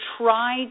try